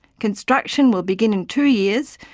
construction will begin in two years,